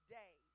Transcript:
day